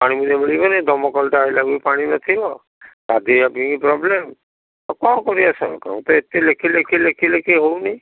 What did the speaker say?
ପାଣି ଗଲେ ଦମକଳଟା ଆସିଲା ବେଳକୁ ପାଣି ନଥିବ ଆଉ କ'ଣ କରିବା ସବୁ କାମ ତ ଏତେ ଲେଖି ଲେଖି ଲେଖି ଲେଖି ହେଉନି